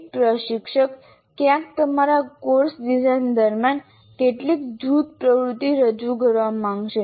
એક પ્રશિક્ષક ક્યાંક તમારા કોર્સ ડિઝાઇન દરમિયાન કેટલીક જૂથ પ્રવૃત્તિ રજૂ કરવા માંગશે